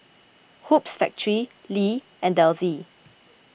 Hoops Factory Lee and Delsey